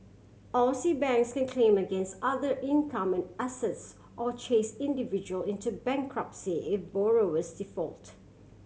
Aussie banks can claim against other income and assets or chase individual into bankruptcy if borrowers default